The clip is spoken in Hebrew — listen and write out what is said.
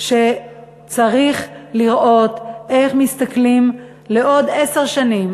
שצריך לראות איך מסתכלים לעוד עשר שנים,